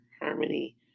harmony